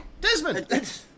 Desmond